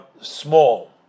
small